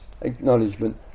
acknowledgement